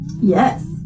Yes